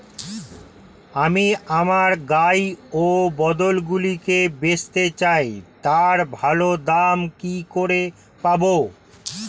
আমি আমার গাই ও বলদগুলিকে বেঁচতে চাই, তার ভালো দাম কি করে পাবো?